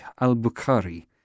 al-Bukhari